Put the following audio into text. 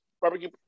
barbecue